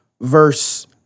Verse